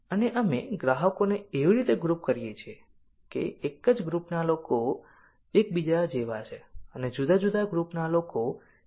અને અમે ગ્રાહકોને એવી રીતે ગ્રુપ કરીએ છીએ કે એક જ ગ્રુપના લોકો એકબીજા જેવા છે અને જુદા જુદા ગ્રુપના લોકો એકબીજાથી અલગ છે